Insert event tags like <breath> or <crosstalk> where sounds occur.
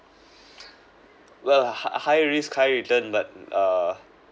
<breath> well high high risk high return but err